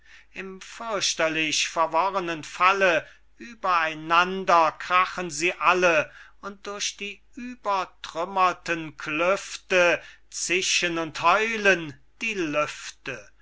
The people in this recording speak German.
im fürchterlich verworrenen falle ueber einander krachen sie alle und durch die übertrümmerten klüfte zischen und heulen die lüfte